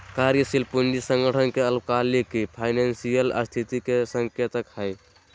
कार्यशील पूंजी संगठन के अल्पकालिक फाइनेंशियल स्थिति के संकेतक हइ